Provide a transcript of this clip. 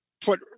put